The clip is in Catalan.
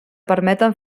permeten